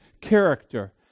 character